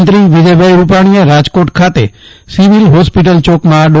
મુખ્યમંત્રી વિજયભાઈ રૂપાણીએ રાજકોટ ખાતે સિવિલ જ્ઞેસ્પિટલ ચોકમા ડો